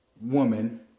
woman